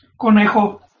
Conejo